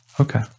Okay